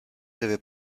deve